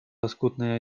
лоскутное